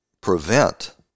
prevent